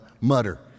Mutter